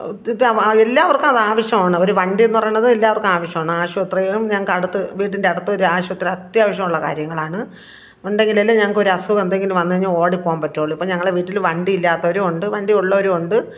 ഇത് എല്ലാവര്ക്കും അതാവശ്യമാണ് ഒരു വണ്ടി എന്നു പറയുന്നത് എല്ലാവര്ക്കും ആവശ്യമാണ് ആശുപത്രിയും ഞങ്ങള്ക്ക് അടുത്ത് വീടിന്റെ അടുത്ത് ഒരാശുപത്രി അത്യാവശ്യമുള്ള കാര്യങ്ങളാണ് ഉണ്ടങ്കിലല്ലേ ഞങ്ങള്ക്ക് ഒരസുഖമെന്തെങ്കിലും വന്നുകഴിഞ്ഞാല് ഓടി പോവാന് പറ്റുള്ളൂ ഇപ്പോള് ഞങ്ങളുടെ വീട്ടില് വണ്ടിയില്ലാത്തവരുണ്ട് വണ്ടി ഉള്ളവരുണ്ട്